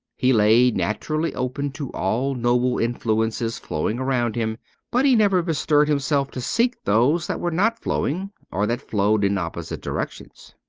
he lay naturally open to all noble influences flowing around him but he never bestirred himself to seek those that were not flowing or that flowed in opposite directions.